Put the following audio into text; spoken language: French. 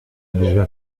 déjà